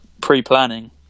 pre-planning